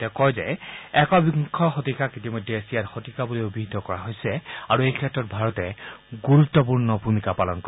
তেওঁ কয় যে একবিংশ শতিকাক ইতিমধ্যে এছিয়াৰ শতিকা বুলি অভিহিত কৰা হৈছে আৰু এই ক্ষেত্ৰত ভাৰতে গুৰুতপূৰ্ণ ভূমিকা পালন কৰিব